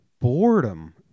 Boredom